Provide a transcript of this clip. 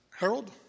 Harold